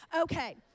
Okay